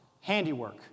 handiwork